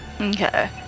Okay